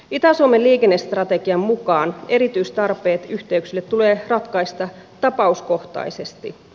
itä suomen liikennestrategian mukaan erityistarpeet yhteyksille tulee ratkaista tapauskohtaisesti